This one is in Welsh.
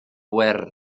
wyrdd